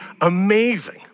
amazing